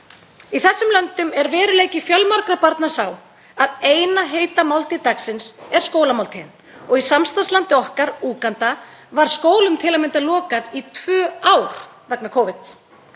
Í þessum löndum er veruleiki fjölmargra barna sá að eina heita máltíð dagsins er skólamáltíðin. Í samstarfslandi okkar Úganda var skólum til að mynda lokað í tvö ár vegna Covid.